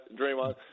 Draymond